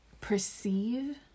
perceive